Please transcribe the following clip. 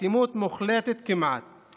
זוהי אטימות כמעט מוחלטת.